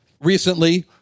recently